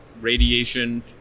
radiation